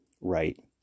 right